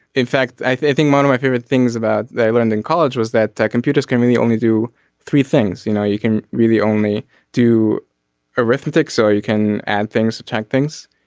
in fact i think one of my favorite things about that i learned in college was that that computers can really only do three things. you know you can really only do arithmetic so you can add things to check things.